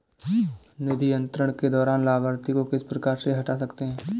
निधि अंतरण के दौरान लाभार्थी को किस प्रकार से हटा सकते हैं?